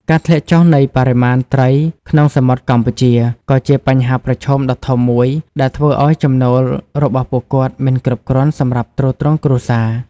ការធ្លាក់ចុះនៃបរិមាណត្រីក្នុងសមុទ្រកម្ពុជា ក៏ជាបញ្ហាប្រឈមដ៏ធំមួយដែលធ្វើឱ្យចំណូលរបស់ពួកគាត់មិនគ្រប់គ្រាន់សម្រាប់ទ្រទ្រង់គ្រួសារ។